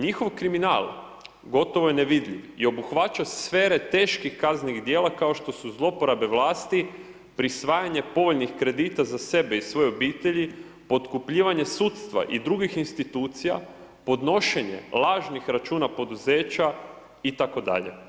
Njihov kriminal, gotovo je nevidljiv i obuhvaća sfere teških kaznenih dijela, kao što su zlouporabe vlasti, prisvajanje povoljnih kredita za sebe i svojih obitelji, potkupljivanje sudstva i drugih institucija, podnošenje lažnih računa poduzeća itd.